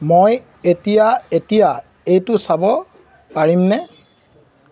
মই এতিয়া এতিয়া এইটো চাব পাৰিমনে